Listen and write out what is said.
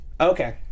Okay